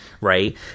right